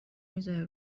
میذاره